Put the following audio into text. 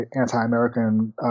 anti-American